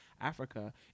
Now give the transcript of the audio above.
Africa